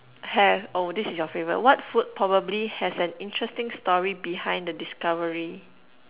have oh this is your favorite what food probably has an interesting story behind the discovery